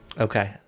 Okay